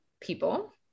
people